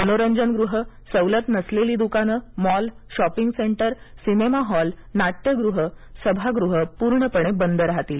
मनोरंजनगृह सवलत नसलेली दुकानं mall shopping centre cinema hall नाट्यगृह सभागृह पूर्णपणे बंद राहतील